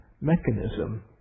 mechanism